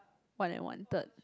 one and one third